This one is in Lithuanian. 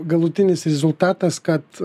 galutinis rezultatas kad